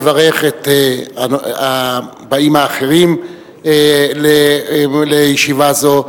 אברך את הבאים האחרים לישיבה זו,